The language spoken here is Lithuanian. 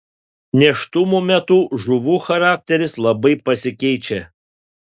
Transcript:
nėštumo metu žuvų charakteris labai pasikeičia